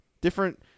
different